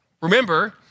Remember